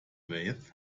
ways